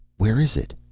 where is it?